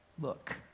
Look